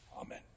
Amen